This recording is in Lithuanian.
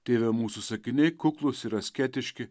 tėve mūsų sakiniai kuklūs ir asketiški